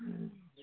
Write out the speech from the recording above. हूँ